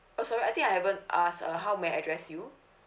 oh sorry I think I haven't ask uh how may I address you